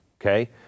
okay